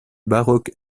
baroque